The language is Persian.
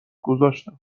گذاشتم